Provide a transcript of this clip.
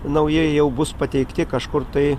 naujai jau bus pateikti kažkur tai